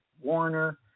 Warner